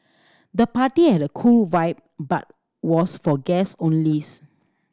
the party had a cool vibe but was for guest only